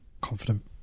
Confident